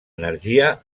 energia